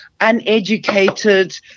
uneducated